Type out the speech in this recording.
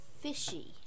fishy